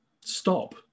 Stop